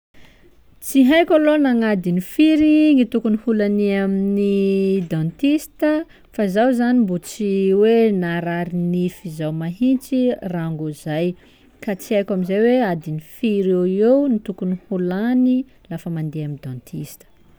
Tsy haiko alôha na agnadin'ny firy ny tokony ho lania amin'ny dentista fa zaho zany mbô tsy hoe narary nify zao mahintsy rango zay, ka tsy haiko amin'izay oe adin'ny firy eo eo no tokony ho lany lafa mandeha dentista.